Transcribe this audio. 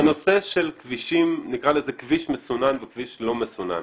בנושא של כביש מסונן וכביש לא מסונן,